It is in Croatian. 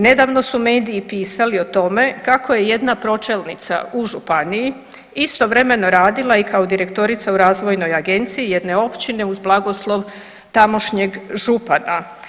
Nedavno su mediji pisali o tome kako je jedna pročelnica u županiji istovremeno radila i kao direktorica u razvojnoj agenciji jedne općine uz blagoslov tadašnjeg župana.